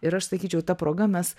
ir aš sakyčiau ta proga mes